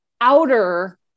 outer